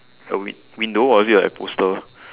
so win~ window or is it like poster